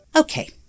Okay